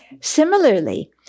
Similarly